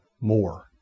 more